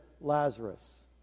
Lazarus